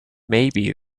maybe